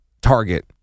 target